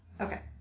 Okay